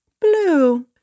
blue